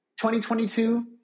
2022